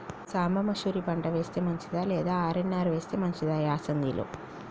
సాంబ మషూరి పంట వేస్తే మంచిదా లేదా ఆర్.ఎన్.ఆర్ వేస్తే మంచిదా యాసంగి లో?